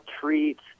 treats